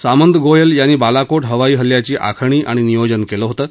सामंत गोयल यांनी बालाकोट हवाई हल्ल्याची आखणी आणि नियोजन केलं होतं